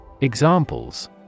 Examples